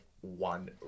one